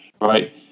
right